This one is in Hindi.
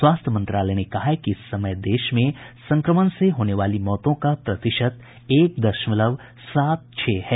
स्वास्थ्य मंत्रालय ने कहा है कि इस समय देश में संक्रमण से होने वाली मौतों का प्रतिशत एक दशमलव सात छह है